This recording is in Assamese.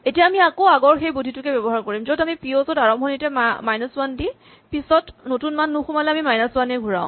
এতিয়া আমি আকৌ আগৰ সেই বুদ্ধিটোকে ব্যৱহাৰ কৰিম য'ত আমি পিঅ'ছ ত আৰম্ভণিতে মাইনাচ ৱান দি পিছত নতুন মান নোসোমালে আমি মাইনাচ ৱান ঘূৰাওঁ